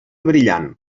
brillant